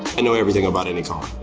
and know everything about any car,